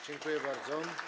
Dziękuję bardzo.